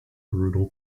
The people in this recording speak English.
brutal